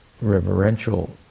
reverential